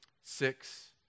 six